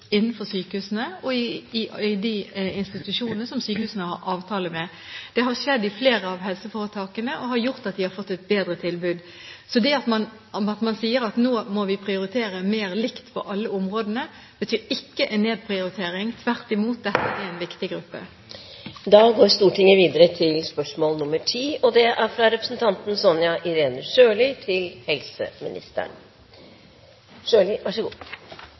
innenfor sykehusene og i de institusjonene som sykehusene har avtale med. Det har skjedd i flere av helseforetakene og har gjort at de har fått et bedre tilbud. Så det at man sier at nå må vi prioritere mer likt på alle områdene, betyr ikke en nedprioritering. Tvert imot: Dette er en viktig gruppe. «Det har vært målsetting å styrke satsingen på rehabiliteringsfeltet. Riksrevisjonen har i en ny rapport slått fast at det